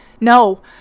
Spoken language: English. No